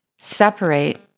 separate